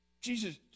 Jesus